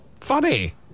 funny